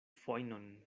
fojnon